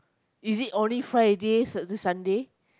is it only